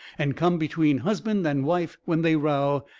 and come between husband and wife when they row,